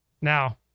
Now